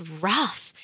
rough